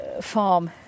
farm